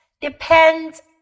depends